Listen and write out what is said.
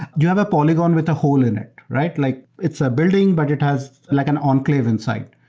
you have a polygon with a hole in it, right? like it's a building but it has like and enclave inside.